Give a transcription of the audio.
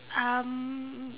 um